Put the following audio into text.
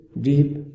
deep